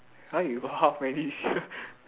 !huh! you got how many sia